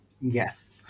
Yes